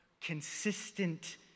consistent